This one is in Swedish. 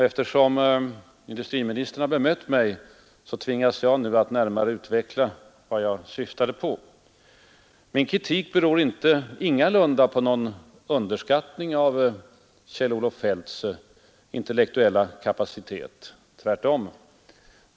Eftersom industriministern har bemött mig, tvingas jag nu att närmare utveckla vad jag syftade på. Min kritik utgår ingalunda från någon underskattning av Kjell-Olof Feldts intellektuella kapacitet — tvärtom.